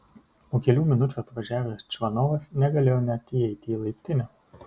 po kelių minučių atvažiavęs čvanovas negalėjo net įeiti į laiptinę